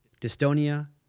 dystonia